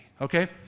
Okay